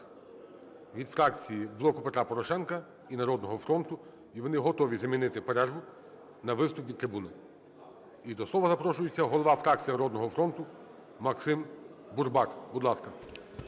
від фракції "Блоку Петра Порошенка" і "Народного фронту". І вони готові замінити перерву на виступ від трибуни. І до слова запрошується голова фракції "Народного фронту" Максим Бурбак. Будь ласка.